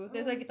mm